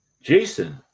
Jason